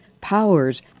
powers